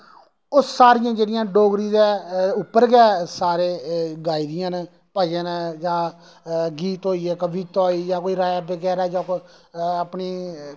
ओह् सारियां जेह्ड़ियां डोगरी दे उप्पर गै सारियां गाई दियां न भजन ऐ जां गीत होई गेआ कोई कविता होई जा रैप बगैरा जां कोई अपनी